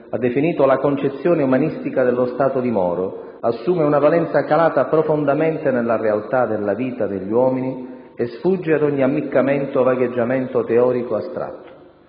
ha definito la «concezione umanistica dello Stato» di Moro, assume una valenza calata profondamente nella realtà della via degli uomini e sfugge ad ogni ammiccamento o vagheggiamento teorico astratto.